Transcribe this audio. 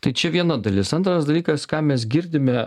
tai čia viena dalis antras dalykas ką mes girdime